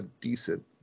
decent